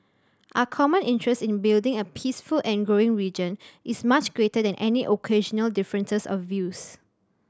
our common interest in building a peaceful and growing region is much greater than any occasional differences of views